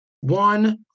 One